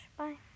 bye